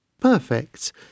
Perfect